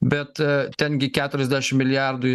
bet a ten gi keturiasdešim milijardų